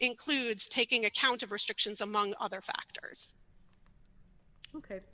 includes taking account of restrictions among other factors